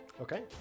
Okay